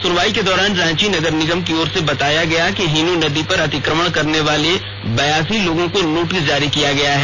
सुनवाई के दौरान रांची नगर निगम की ओर से बताया गया कि हिनू नदी पर अतिक्रमण करने वाले बयासी लोगों को नोटिस जारी किया गया है